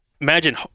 imagine